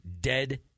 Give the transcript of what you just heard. dead